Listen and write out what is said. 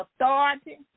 authority